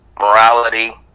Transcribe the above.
morality